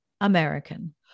American